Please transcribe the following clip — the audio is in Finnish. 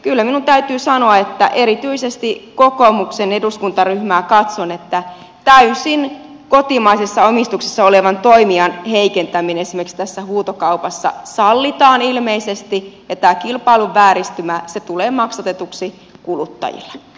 kyllä minun täytyy sanoa erityisesti kokoomuksen eduskuntaryhmää katson että täysin kotimaisessa omistuksessa olevan toimijan heikentäminen esimerkiksi tässä huutokaupassa sallitaan ilmeisesti ja tämä kilpailun vääristymä tulee maksatetuksi kuluttajilla